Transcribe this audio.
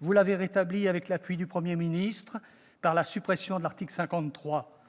Vous l'avez rétablie avec l'appui du Premier ministre, par la suppression de l'article 53.